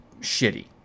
shitty